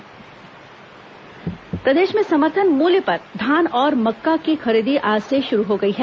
धान खरीदी प्रदेश में समर्थन मूल्य पर धान और मक्का की खरीदी आज से शुरू हो गई है